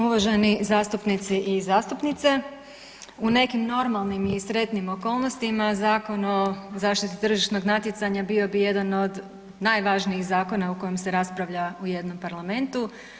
Uvaženi zastupnici i zastupnice, u nekim normalnim i sretnim okolnostima Zakon o zaštiti tržišnog natjecanja bio bi jedan od najvažnijih zakona o kojem se raspravlja u jednom parlamentu.